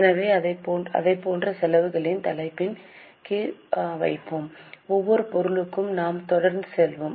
எனவே அதைப் போன்ற செலவுகளின் தலைப்பின் கீழ் வைப்போம் ஒவ்வொரு பொருளுக்கும் நாம் தொடர்ந்து செல்வோம்